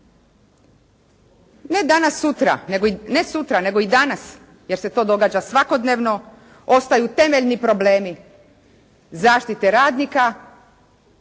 ne sutra, nego i danas, jer se to događa svakodnevno ostaju temeljni problemi zaštite radnika